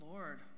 Lord